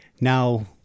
now